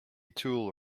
tool